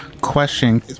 Question